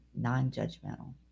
non-judgmental